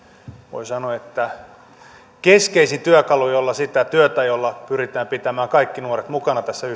voi sanoa keskeisin työkalu jolla sitä työtä jolla pyritään pitämään kaikki nuoret mukana tässä